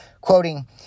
Quoting